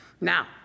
Now